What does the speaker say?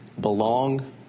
belong